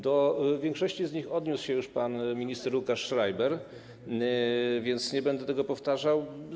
Do większości z nich odniósł się już pan minister Łukasz Schreiber, więc nie będę tego powtarzał.